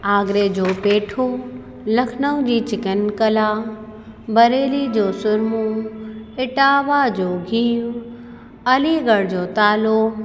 आगरे जो पेठो लखनऊ जी चिकनकला बरेली जो सुरमो इटावा जो गीहु अलीगढ़ जो तालो